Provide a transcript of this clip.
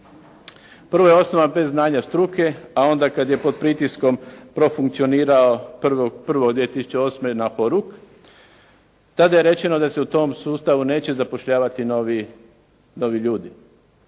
Prvo i osnovno predznanje struke, a onda kada je pod pritiskom profunkcionira prvo od 2008. na horuk, tada je rečeno da se u tom sustavu neće zapošljavati novi ljudi.